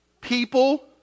People